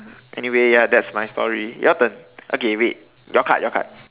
anyway ya that's my story your turn okay wait your card your card